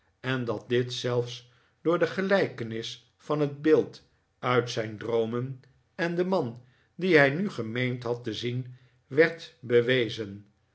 en dat dit zelfs door de gelijkenis van het beeld uit zijn droomen en den man dien hij nu gemeend had te zien werd bewezen